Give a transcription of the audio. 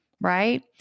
right